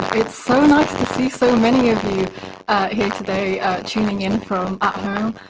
it's so nice to see so many of you today tuning in from at home.